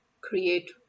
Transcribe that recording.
create